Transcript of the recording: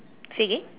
say again